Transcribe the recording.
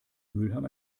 mülheim